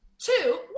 Two